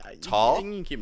tall